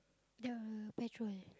the petrol